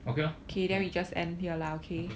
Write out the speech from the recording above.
okay lor okay